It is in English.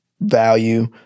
value